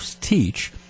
teach